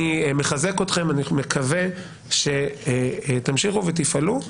אני מחזק אתכם ואני מקווה שתמשיכו ותפעלו.